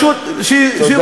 "שוברים שתיקה".